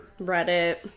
reddit